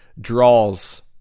draws